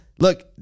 look